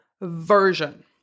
version